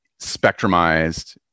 spectrumized